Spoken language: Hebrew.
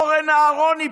אורן אהרוני,